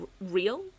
real